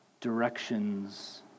directions